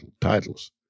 titles